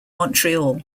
montreal